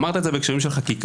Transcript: אמרת את זה בהקשרים של חקיקה.